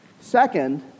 Second